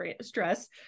stress